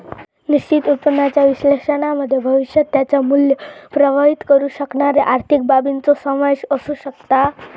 निश्चित उत्पन्नाच्या विश्लेषणामध्ये भविष्यात त्याचा मुल्य प्रभावीत करु शकणारे आर्थिक बाबींचो समावेश असु शकता